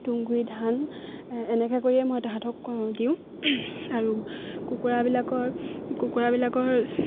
তুঁহগুড়ি ধান এনেকে কৰিয়ে মই তাহাঁতক দিওঁ আৰু কুকুৰাবিলাকৰ কুকুৰাবিলাকৰ